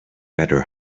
better